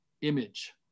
image